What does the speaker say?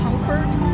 comfort